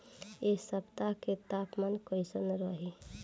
एह सप्ताह के तापमान कईसन रही?